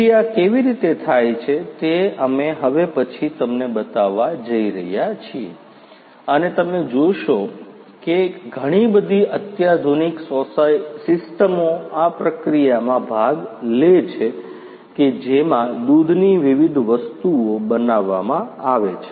તેથી આ કેવી રીતે થાય છે તે અમે હવે પછી તમને બતાવવા જઈ રહ્યા છીએ અને તમે જોશો કે ઘણી બધી અત્યાધુનિક સિસ્ટમો આ પ્રક્રિયામાં ભાગ લે છે કે જેમાં દૂધ ની વિવિધ વસ્તુઓ બનાવવામાં આવે છે